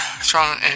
strong